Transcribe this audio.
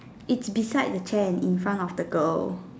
it's beside the chair in front of the girl